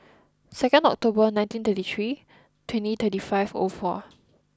second October nineteen thirty three twenty thirty five o four